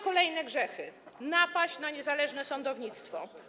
Kolejny grzech: napaść na niezależne sądownictwo.